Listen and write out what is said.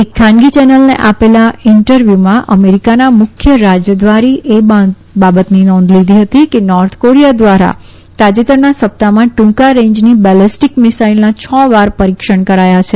એક ખાનગી ચેનલને આપેલા ઈન્ટરવ્યુમાં અમેરીકાના મુખ્ય રાજધ્વારી એ બાબતની નોંધ લીધી હતી કે નોર્થ કોરીયા ધ્વારા તાજેતરના સપ્તાહમાં ટુકા રેંજની બેલેસ્ટીક મિસાઈલના છ વાર પરીક્ષણ કર્યા છે